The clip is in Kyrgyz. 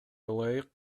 ылайык